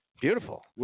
Beautiful